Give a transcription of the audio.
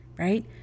Right